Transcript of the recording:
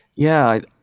yeah.